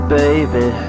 baby